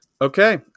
okay